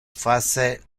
face